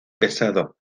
pesado